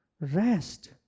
Rest